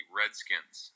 Redskins